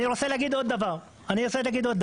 אני רוצה להגיד עוד דבר אנחנו,